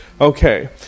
Okay